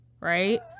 right